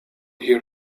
here